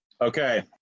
Okay